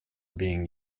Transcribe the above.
being